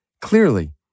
clearly